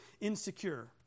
insecure